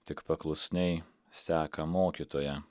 tik paklusniai seka mokytoją